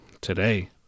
today